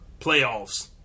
playoffs